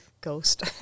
ghost